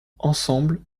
ensemble